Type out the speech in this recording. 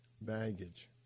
baggage